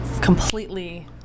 completely